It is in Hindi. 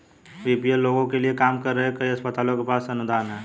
बी.पी.एल लोगों के लिए काम कर रहे कई अस्पतालों के पास अनुदान हैं